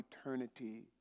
eternity